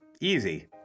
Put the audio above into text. Easy